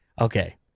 Okay